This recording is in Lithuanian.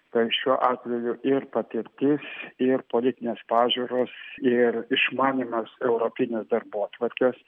tai šiuo atveju ir patirtis ir politinės pažiūros ir išmanymas europinės darbotvarkės